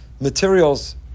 Materials